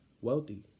wealthy